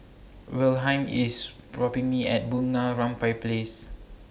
Wilhelm IS dropping Me At Bunga Rampai Place